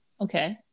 Okay